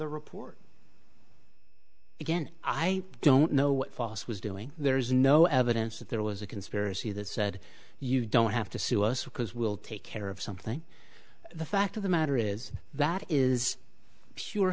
the report again i don't know what foss was doing there is no evidence that there was a conspiracy that said you don't have to sue us because we'll take care of something the fact of the matter is that is pure